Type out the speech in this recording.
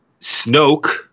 Snoke